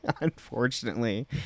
unfortunately